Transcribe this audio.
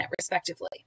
respectively